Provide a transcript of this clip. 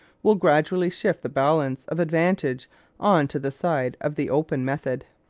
will gradually shift the balance of advantage on to the side of the open method.